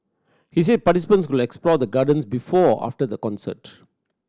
he said participants could explore the Gardens before or after the concert